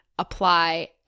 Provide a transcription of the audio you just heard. apply